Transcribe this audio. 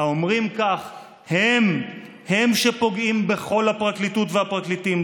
האומרים כך הם שפוגעים בכל הפרקליטות והפרקליטים,